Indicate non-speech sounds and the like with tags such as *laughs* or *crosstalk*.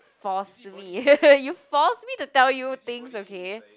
force me *laughs* you force me to tell you things okay